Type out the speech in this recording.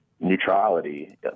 neutrality